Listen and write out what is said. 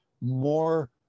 more